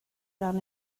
gan